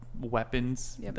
weapons